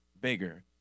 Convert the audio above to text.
bigger